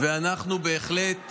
ואנחנו בהחלט,